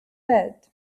bed